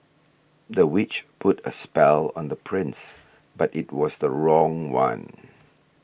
the witch put a spell on the prince but it was the wrong one